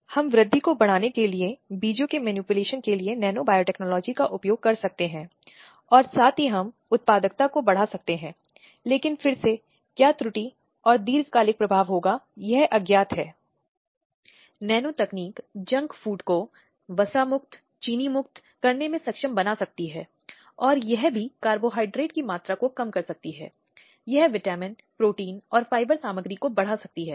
इसके अलावा समय समय पर अस्तित्व में कानूनों के विकास आवश्यक संशोधन जो कि लाए जा सकते हैं साथ ही महिलाओं की स्थिति रिपोर्ट या महिलाओं के विभिन्न क्षेत्रों की आदिवासी महिलाएं विकलांग महिलाएं और महिलाएं हो सकती हैंजिनको रिमांड घरों आदि में समस्याओं का सामना करना पड़ रहा है